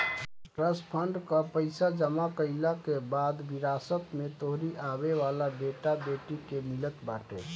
trust fund कअ पईसा जमा कईला के बाद विरासत में तोहरी आवेवाला बेटा बेटी के मिलत बाटे